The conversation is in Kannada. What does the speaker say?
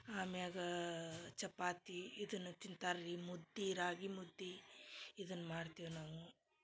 ಆಮ್ಯಾಗ ಚಪಾತಿ ಇದನ್ನ ತಿಂತಾರ ರೀ ಮುದ್ದಿ ರಾಗಿ ಮುದ್ದಿ ಇದನ್ನ ಮಾಡ್ತೆವೆ ನಾವು